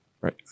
Right